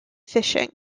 fishing